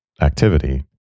activity